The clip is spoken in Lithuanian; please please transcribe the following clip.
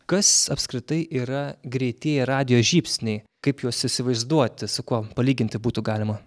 kas apskritai yra greitieji radijo žybsniai kaip juos įsivaizduoti su kuo palyginti būtų galima